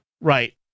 right